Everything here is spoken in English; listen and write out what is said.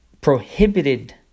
prohibited